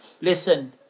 Listen